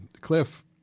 cliff